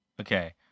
Okay